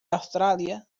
australia